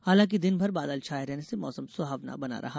हांलाकि दिन भर बादल छाए रहने से मौसम सुहावना बना रहा